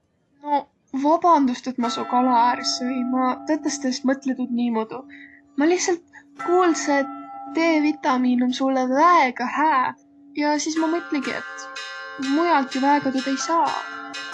Noq vabandust, et ma sjoo kala är sõi. Ma tõtõstõ es mõtlõq tuud niimoodu. Ma lihtsalt kuuldsõ, et D-vitamiin om sullõ väega hää ja sis ma mõtligi, et mujalt ju väega tuud ei saaq.